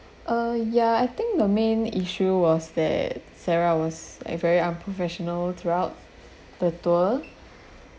uh ya I think the main issue was that sarah was a very unprofessional throughout the tour